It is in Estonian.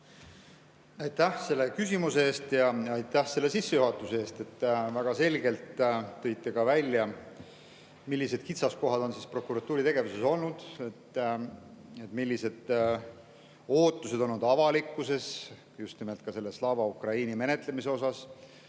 Aitäh selle küsimuse eest ja aitäh selle sissejuhatuse eest! Väga selgelt tõite välja, millised kitsaskohad on prokuratuuri tegevuses olnud ja millised ootused on olnud avalikkuses just nimelt ka Slava Ukraini menetluse puhul.